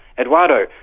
eduardo,